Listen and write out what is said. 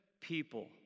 people